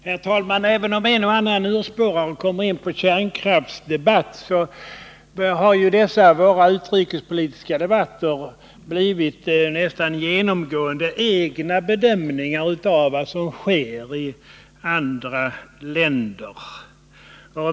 Herr talman! Även om en och annan urspårare kommer in på kärnkraften har dessa våra utrikespolitiska debatter nästan genomgående blivit till egna bedömningar av vad som sker i andra länder.